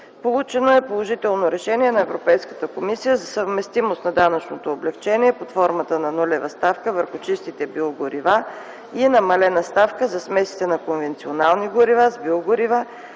Получено е положително решение на Европейската комисия за съвместимост на данъчното облекчение под формата на нулева ставка върху чистите биогорива и намалена ставка за смесите на конвенционални горива с биогорива,